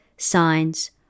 Signs